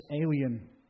alien